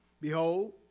behold